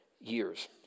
years